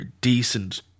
decent